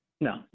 No